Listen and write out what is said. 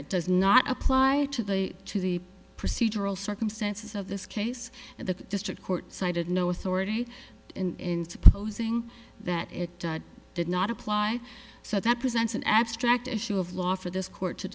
it does not apply to the to the procedural the circumstances of this case and the district court cited no authority and supposing that it did not apply so that presents an abstract issue of law for this court to